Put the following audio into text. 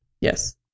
Yes